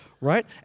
right